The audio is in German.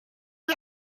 wie